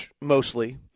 mostly